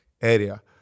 area